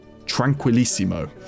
Tranquillissimo